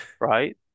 right